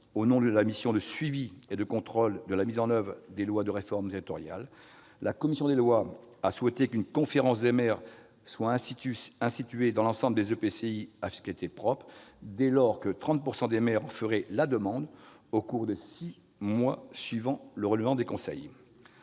au nom de la mission de contrôle et de suivi de la mise en oeuvre des dernières lois de réforme territoriale, la commission des lois a souhaité qu'une conférence des maires soit instituée dans l'ensemble des EPCI à fiscalité propre, dès lors que 30 % des maires en feraient la demande au cours des six mois suivant le renouvellement des conseils.